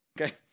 Okay